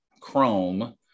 chrome